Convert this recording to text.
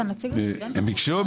הם ביקשו.